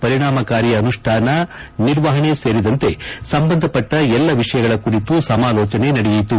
ಪರಿಣಾಮಕಾರಿ ಅನುಷ್ಟಾನ ನಿರ್ವಹಣೆ ಸೇರಿದಂತೆ ಎಲ್ಲಾ ಸಂಬಂಧಪಟ್ಟ ವಿಷಯಗಳ ಕುರಿತು ಸಮಾಲೋಚನೆ ನಡೆಯಿತು